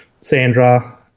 Sandra